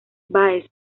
báez